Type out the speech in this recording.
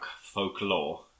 folklore